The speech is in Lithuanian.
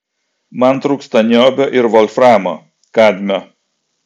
man trūksta niobio ir volframo kadmio